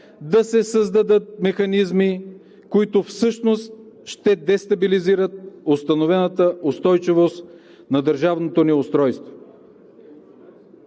да се създадат механизми, които всъщност ще дестабилизират установената устойчивост на държавното ни устройство.